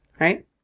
Right